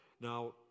Now